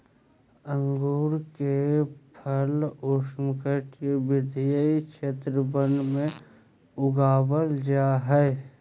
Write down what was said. अंगूर के फल उष्णकटिबंधीय क्षेत्र वन में उगाबल जा हइ